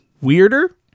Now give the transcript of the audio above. weirder